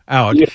out